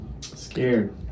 Scared